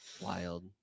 Wild